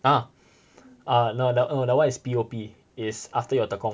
ah ah no the uh the one is P_O_P it's after your tekong